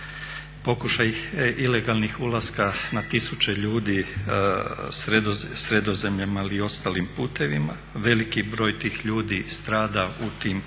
pokušaj ilegalnih ulaska na tisuće ljudi Sredozemljem ali i ostalim putevima. Veliki broj tih ljudi strada u tim pokušajima